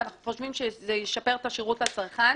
ואנחנו חושבים שזה ישפר את השרות לצרכן.